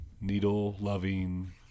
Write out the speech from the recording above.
needle-loving